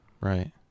right